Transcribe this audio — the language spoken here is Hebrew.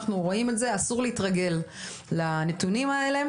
אנחנו רואים את זה, אסור להתרגל לנתונים האלה.